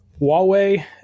Huawei